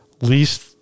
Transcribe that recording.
least